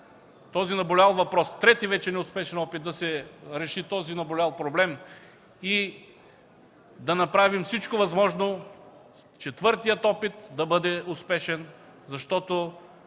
този наболял въпрос, трети вече неуспешен опит да се реши този наболял проблем, и да направим всичко възможно, та четвъртият опит да бъде успешен, защото